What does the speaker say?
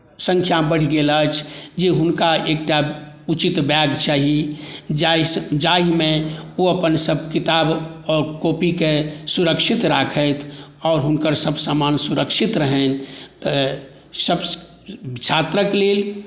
सङ्ख्या बढ़ि गेल अछि जे हुनका एकटा उचित बैग चाही जाहिमे ओ अपन सभ किताब आओर कॉपीकेँ सुरक्षित राखथि आओर हुनकर सभ सामान सुरक्षित रहनि तऽ सभ छात्रक लेल